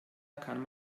kann